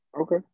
okay